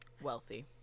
wealthy